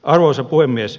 arvoisa puhemies